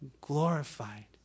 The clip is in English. glorified